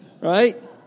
right